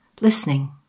listening